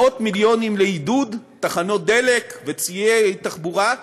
מאות מיליונים לעידוד תחנות דלק וציי תחבורה,